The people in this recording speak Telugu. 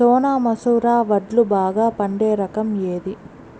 సోనా మసూర వడ్లు బాగా పండే రకం ఏది